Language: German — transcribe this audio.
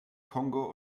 kongo